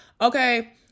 okay